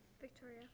Victoria